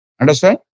Understand